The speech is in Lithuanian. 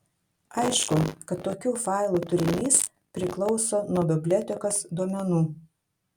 aišku kad tokių failų turinys priklauso nuo bibliotekos duomenų